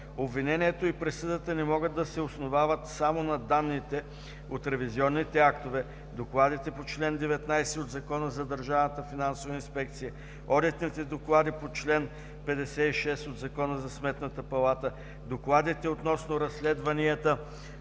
Обвинението и присъдата не могат да се основават само на данните от ревизионните актове, докладите по чл. 19 от Закона за държавната финансова инспекция, одитните доклади по чл. 56 от Закона за Сметната палата, докладите относно разследванията